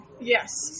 Yes